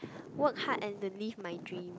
work hard and to live my dream